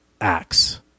acts